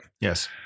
Yes